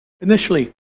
Initially